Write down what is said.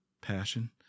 passion